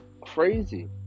crazy